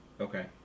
Okay